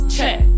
Check